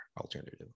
alternative